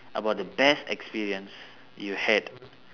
about the best experience you had